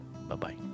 Bye-bye